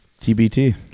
TBT